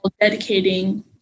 dedicating